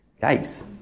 guys